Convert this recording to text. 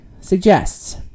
suggests